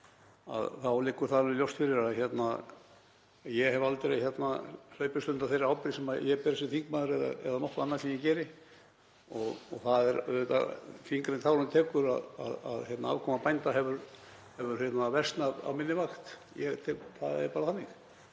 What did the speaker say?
þá liggur það alveg ljóst fyrir að ég hef aldrei hlaupist undan þeirri ábyrgð sem ég ber sem þingmaður eða nokkru öðru sem ég geri. Það er auðvitað þyngra en tárum taki að afkoma bænda hefur versnað á minni vakt. Það er bara þannig.